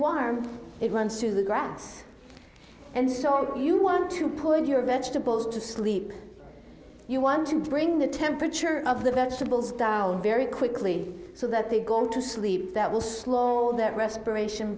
wire it runs through the grass and so on you want to put your vegetables to sleep you want to bring the temperature of the vegetables down very quickly so that they go to sleep that will slow all that respiration